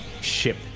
ship